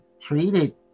treated